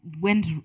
went